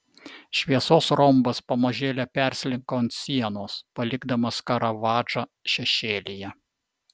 šviesos rombas pamažėle perslinko ant sienos palikdamas karavadžą šešėlyje